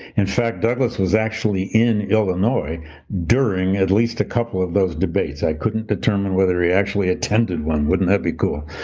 in fact, douglass was actually in illinois during at least a couple of those debates. i couldn't determine whether he actually attended one, wouldn't that be cool,